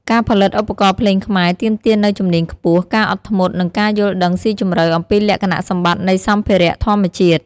ការផលិតឧបករណ៍ភ្លេងខ្មែរទាមទារនូវជំនាញខ្ពស់ ការអត់ធ្មត់ និងការយល់ដឹងស៊ីជម្រៅអំពីលក្ខណៈសម្បត្តិនៃសម្ភារៈធម្មជាតិ។